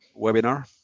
webinar